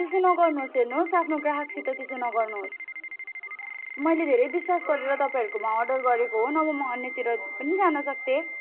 त्यसो नगर्नुहोस् हुर्नुहोस् आफ्नो ग्राहकसित त्यसो नगर्नुहोस् मैले धेरै विश्वास गरेर तपाईँहरूकोमा अर्डर गरेको हो नभए म अन्यतिर पनि जान सक्थेँ